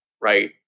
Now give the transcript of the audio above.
right